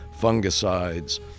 fungicides